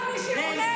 כל מי שאונס,